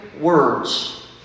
words